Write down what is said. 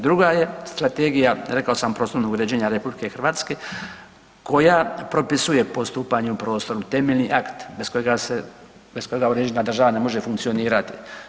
Druga je strategija rekao sam prostornog uređenja RH koja propisuje postupanje u prostoru, temeljni akt bez kojega uređena država ne može funkcionirati.